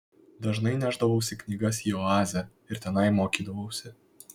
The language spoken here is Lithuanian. dažnai nešdavausi knygas į oazę ir tenai mokydavausi